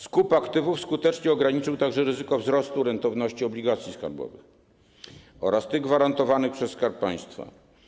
Skup aktywów skutecznie ograniczył także ryzyko wzrostu rentowności obligacji skarbowych oraz tych gwarantowanych przez Skarb Państwa.